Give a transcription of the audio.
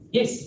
Yes